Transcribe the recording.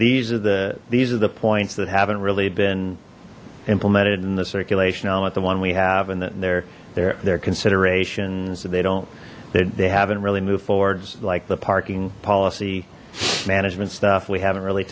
these are the these are the points that haven't really been implemented in the circulation element the one we have and that they're there their considerations they don't they haven't really moved forwards like the parking policy management stuff we haven't really